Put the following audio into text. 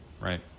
right